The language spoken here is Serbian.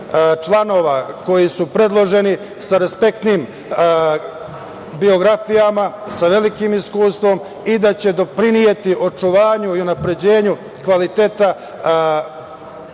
članova koji su predloženi sa respektnim biografijama, sa velikim iskustvom i da će doprineti očuvanju i unapređenju kvaliteta